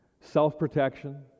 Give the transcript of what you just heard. self-protection